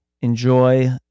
enjoy